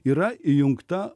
yra įjungta